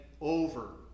over